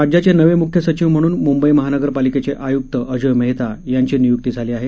राज्याचे नवे मुख्य सचिव म्हणून मुंबई महानगरपालिकेचे आयुक्त अजोय मेहता यांची नियुक्ती झाली आहे